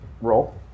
Roll